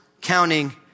counting